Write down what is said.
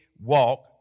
walk